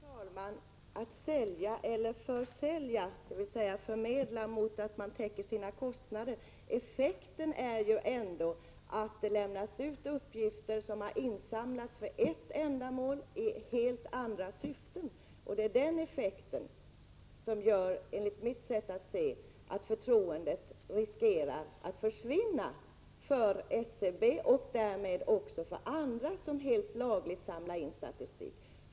Herr talman! Att sälja eller försälja, dvs. förmedla mot att man täcker sina kostnader — effekten blir ju ändå att uppgifter som har samlats in för ett ändamål lämnas ut för helt andra syften. Det är den effekten som gör att förtroendet för SCB riskerar att försvinna och därmed också förtroendet för andra som helt lagligt samlar in statistik.